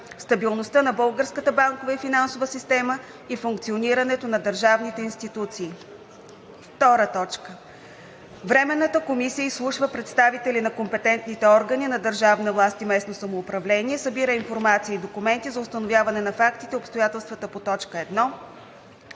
стабилността на българската банкова и финансова система и функционирането на държавните институции. 2. Временната комисия изслушва представители на компетентните органи на държавна власт и местно самоуправление, събира информация и документи за установяване на фактите и обстоятелствата по т. 1.